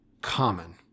common